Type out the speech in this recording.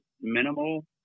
minimal